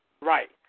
Right